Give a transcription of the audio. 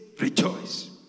rejoice